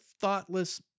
thoughtless